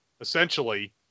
essentially